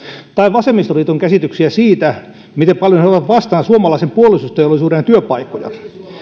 tai vasemmistoliiton käsityksiä siitä miten paljon he ovat vastaan suomalaisen puolustusteollisuuden työpaikkoja